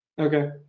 Okay